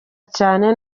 cyane